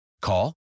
Call